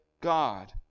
God